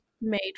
made